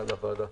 לוועדה.